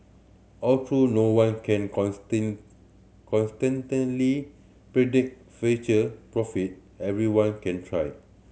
although no one can consistently predict future profit everyone can try